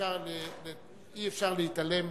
אי-אפשר להתעלם